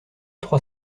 trois